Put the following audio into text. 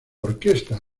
orquesta